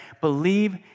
believe